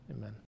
Amen